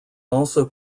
also